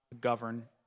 govern